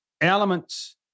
elements